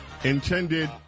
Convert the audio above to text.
Intended